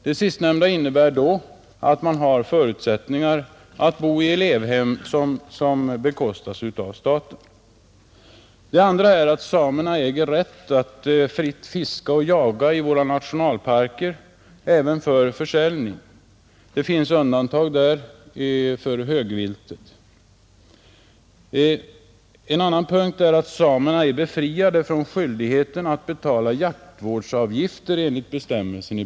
Detta medför bl.a. möjlighet att bo i av staten betalda elevhem. 2. Samer äger att fritt fiska och jaga i våra nationalparker — även för försäljning. Undantag görs för högvilt.